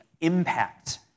impact